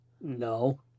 No